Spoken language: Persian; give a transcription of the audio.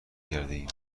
کردهایم